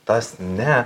tas ne